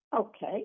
Okay